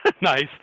Nice